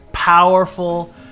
powerful